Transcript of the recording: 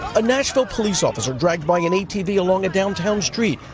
a nashville police officer dragged by and atv along a downtown street.